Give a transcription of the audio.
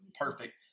perfect